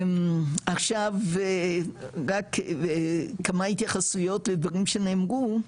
עכשיו כמה התייחסויות לדברים שנאמרו,